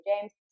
James